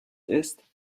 ist